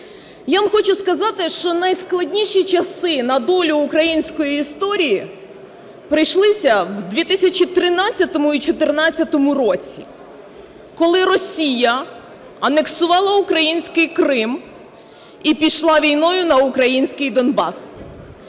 Я вам хочу сказати, що найскладніші часи на долю української історії прийшлися в 2013-му і 2014-му році, коли Росія анексувала український Крим і пішла війною на український Донбас.